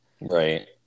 right